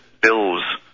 bills